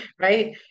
right